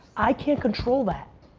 i can't control that.